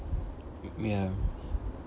ya